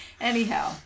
Anyhow